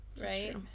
right